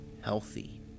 healthy